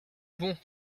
bon